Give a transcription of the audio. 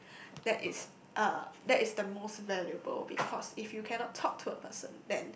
that is uh that is the most valuable because if you cannot talk to a person